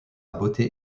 beauté